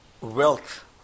wealth